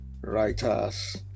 writers